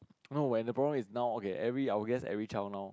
no when the problem is now okay every I'll guess every child now